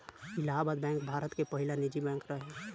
Allahabad bank Bharat के पहिला निजी बैंक रहे